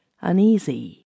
uneasy